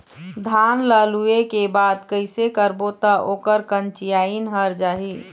धान ला लुए के बाद कइसे करबो त ओकर कंचीयायिन हर जाही?